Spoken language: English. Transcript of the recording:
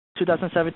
2017